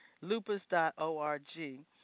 lupus.org